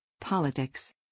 Politics